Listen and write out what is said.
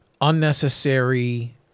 unnecessary